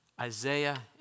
Isaiah